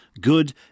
Good